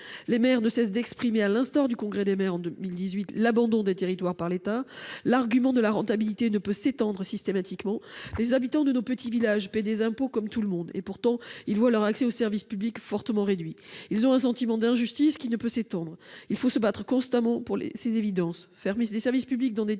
Les maires ne cessent de dénoncer- souvenons-nous du Congrès des maires de 2018 -l'abandon des territoires par l'État. L'argument de la rentabilité ne peut pas s'entendre systématiquement. Les habitants de nos petits villages paient des impôts comme tout le monde ; pourtant, leur accès aux services publics est fortement réduit. Ils ont un sentiment d'injustice, qui ne peut que se comprendre. Il faut se battre constamment pour des évidences. Fermer des services publics dans des territoires